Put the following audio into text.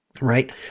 right